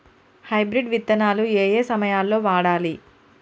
Hybrid విత్తనాలు ఏయే సమయాల్లో వాడాలి?